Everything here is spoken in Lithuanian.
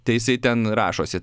tai jisai ten rašosi